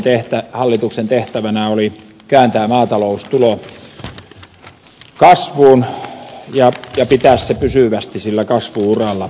nimittäin hallituksen tehtävänä oli kääntää maataloustulo kasvuun ja pitää se pysyvästi sillä kasvu uralla